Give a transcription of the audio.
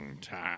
time